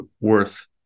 worth